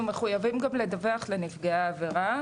אנחנו גם מחויבים לדווח לנפגעי העבירה.